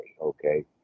okay